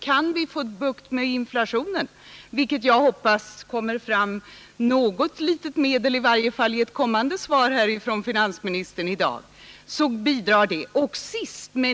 Kan vi få bukt med inflationen — och jag hoppas att i varje fall något medel skall anvisas i ett senare svar från finansministern i dag — så bidrar det också till att lätta trycket.